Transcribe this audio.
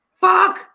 fuck